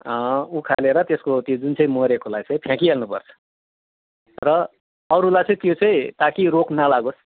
उखालेर त्यसको त्यो जुन चाहिँ मरेकोलाई चाहिँ फ्याँकिहाल्नु पर्छ र अरूलाई त्यो चाहिँ ताकि रोग नलागोस्